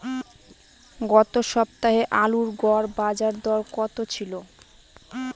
গত সপ্তাহে আলুর গড় বাজারদর কত ছিল?